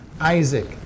Isaac